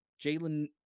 Jalen